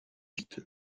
vite